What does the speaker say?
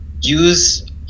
use